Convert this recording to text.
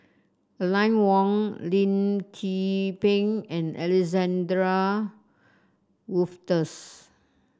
Aline Wong Lim Tze Peng and Alexander Wolters